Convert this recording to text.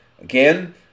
Again